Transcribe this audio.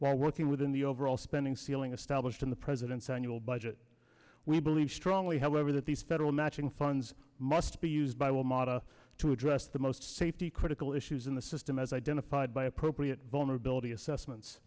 while working within the overall spending ceiling established in the president's annual budget we believe strongly however that these federal matching funds must be used by will mada to address the most safety critical issues in the system as identified by a pro at vulnerability assessments